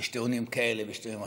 יש טיעונים כאלה ויש טיעונים אחרים.